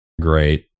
great